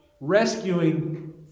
rescuing